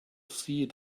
see